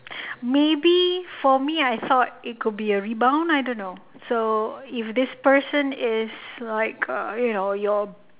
maybe for me I thought it could be a rebound I don't know so if this person is like you know your